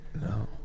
No